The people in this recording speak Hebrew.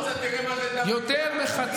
יותר מחצי העם הזה,